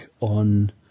on